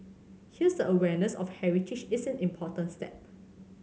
here the awareness of heritage is an important step